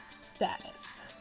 status